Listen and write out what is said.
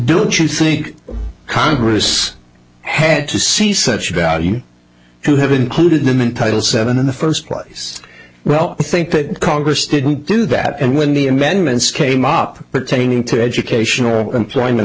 do you think congress had to see such values to have included them in title seven in the first place well i think that congress didn't do that and when the amendments came up pertaining to educational employment